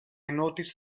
noticed